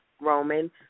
Roman